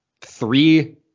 three